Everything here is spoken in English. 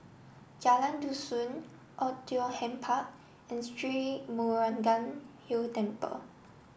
Jalan Dusun Oei Tiong Ham Park and Sri Murugan Hill Temple